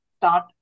start